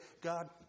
God